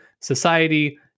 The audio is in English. society